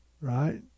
right